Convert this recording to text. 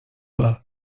pas